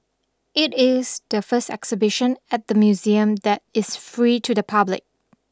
it is the first exhibition at the museum that is free to the public